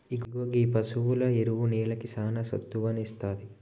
ఇగో గీ పసువుల ఎరువు నేలకి సానా సత్తువను ఇస్తాది